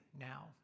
now